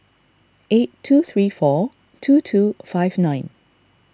eight two three four two two five nine